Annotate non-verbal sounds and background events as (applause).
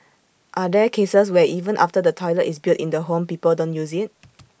are there cases where even after the toilet is built in the home people don't use IT (noise)